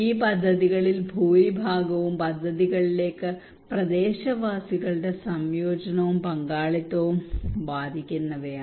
ഈ പദ്ധതികളിൽ ഭൂരിഭാഗവും പദ്ധതികളിലേക്ക് പ്രദേശവാസികളുടെ സംയോജനവും പങ്കാളിത്തവും വാദിക്കുന്നവയാണ്